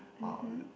mmhmm